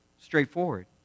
straightforward